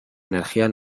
energía